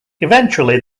eventually